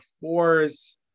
fours